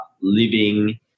living